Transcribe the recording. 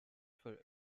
for